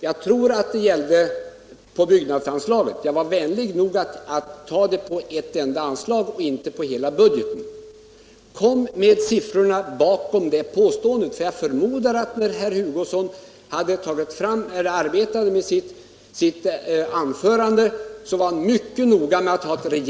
Jag tror att den gällde byggnadsanslaget — jag var vänlig nog att hänföra påståendet till ett enda anslag och inte till hela budgeten. Fram med siffrorna bakom påståendet! Jag förmodar att herr Hugosson var mycket noga med att ha ett rejält underlag när han arbetade på sitt anförande.